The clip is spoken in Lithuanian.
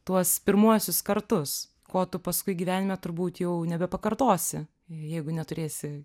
tuos pirmuosius kartus ko tu paskui gyvenime turbūt jau nebepakartosi jeigu neturėsi